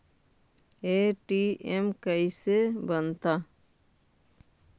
ATM कैसे बनता?